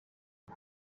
uyu